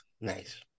nice